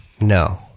No